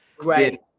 right